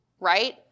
right